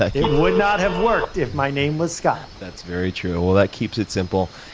like it would not have worked if my name was scott. that's very true. that keeps it simple.